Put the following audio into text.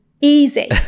easy